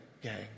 Gang